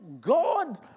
God